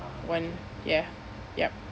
one ya yup